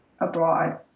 abroad